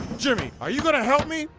jimmy, are you going to help me?